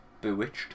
bewitched